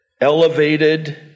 elevated